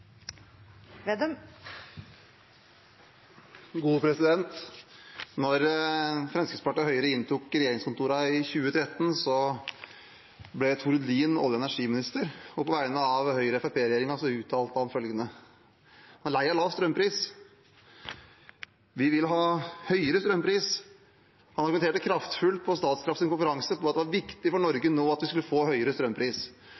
Fremskrittspartiet og Høyre inntok regjeringskontorene i 2013, ble Tord Lien olje- og energiminister, og på vegne av Høyre–Fremskrittsparti-regjeringen uttalte han at han var lei av lav strømpris. Han ville ha høyere strømpris. Han argumenterte kraftfullt på Statkrafts konferanse for at det var viktig for